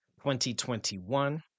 2021